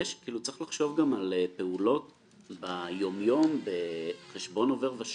צריך לחשוב גם על פעולות ביום יום בחשבון עו"ש